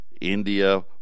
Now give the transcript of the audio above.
India